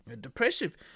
depressive